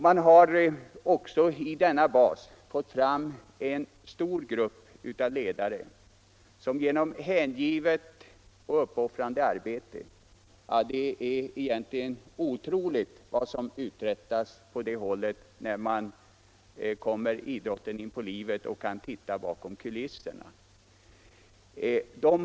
Man har också i denna bas fått fram en stor grupp av ledare som genom hängivet och uppoffrande arbete skapat ekonomiska förutsättningar för idrotten. Det är egentligen otroligt vad som uträttas på det området. Det upptäcker man när man kommer idrotten in på livet och kan titta bakom kulisserna.